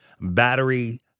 Battery